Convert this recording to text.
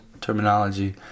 terminology